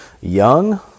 young